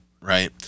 right